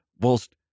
whilst